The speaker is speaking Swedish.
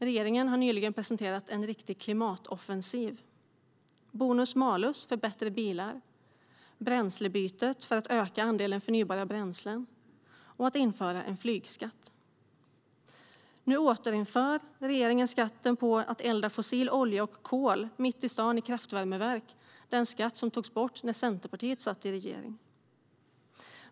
Regeringen har nyligen presenterat en riktig klimatoffensiv: bonus-malus för bättre bilar, Bränslebytet för att öka andelen förnybara bränslen, och man inför en flygskatt. Nu återinför regeringen skatten på att elda fossil olja och kol mitt i stan i kraftvärmeverk - den skatt som togs bort när Centerpartiet satt i regeringen.